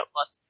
Plus